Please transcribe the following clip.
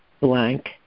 blank